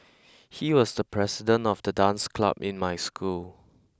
he was the president of the dance club in my school